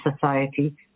society